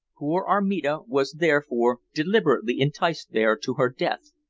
poor armida was therefore deliberately enticed there to her death,